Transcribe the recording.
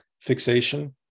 fixation